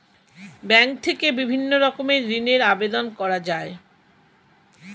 bank থেকে বিভিন্ন রকমের ঋণের আবেদন করা যায়